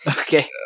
okay